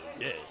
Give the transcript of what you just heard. yes